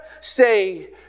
say